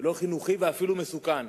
זה לא חינוכי ואפילו מסוכן.